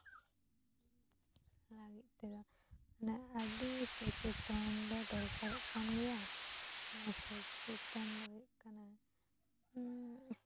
ᱞᱟᱹᱜᱤᱫ ᱛᱮᱫᱚ ᱢᱟᱱᱮ ᱟᱹᱰᱤ ᱥᱚᱪᱮᱛᱚᱱ ᱟᱢ ᱫᱚ ᱫᱚᱦᱚ ᱠᱟᱜ ᱦᱩᱭᱩᱜ ᱛᱟᱢ ᱜᱮᱭᱟ ᱱᱚᱣᱟ ᱥᱚᱪᱮᱛᱚᱱ ᱫᱚ ᱦᱩᱭᱩᱜ ᱠᱟᱱᱟ